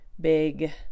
big